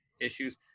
issues